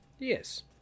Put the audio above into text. Yes